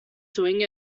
doing